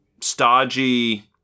stodgy